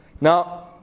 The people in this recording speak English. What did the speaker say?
Now